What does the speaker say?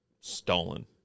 stolen